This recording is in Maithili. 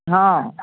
हँ